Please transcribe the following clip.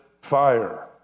fire